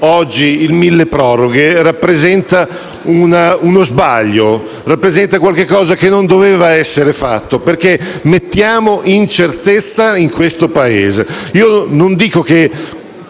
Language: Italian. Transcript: oggi il milleproroghe rappresenta uno sbaglio. Rappresenta qualcosa che non doveva essere fatto, perché dà incertezza al Paese.